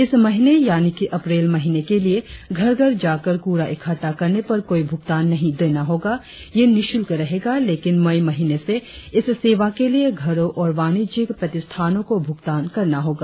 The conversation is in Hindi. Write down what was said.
इस महीने यानि की अप्रैल महीने के लिए घर घर जाकर कूड़ा इकट्ठा करने पर कोई भुगतान नहीं देना होगा यह निशुल्क रहेगा लेकिन मई महिने से इस सेवा के लिए घरों और वाणिज्यिक प्रतिष्ठानों को भुगतान करना होगा